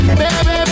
baby